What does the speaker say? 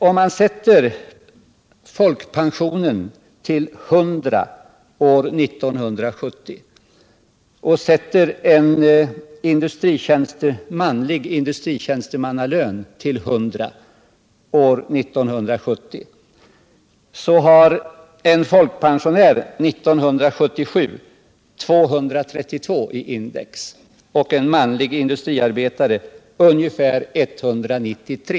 Om man säger att folkpensionen och en manlig industritjänstemans lön år 1970 är lika med 100, har en folkpensionär år 1977 232 i index, medan en manlig industriarbetares index ligger vid ungefär 193.